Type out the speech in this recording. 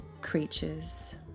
creatures